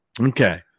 Okay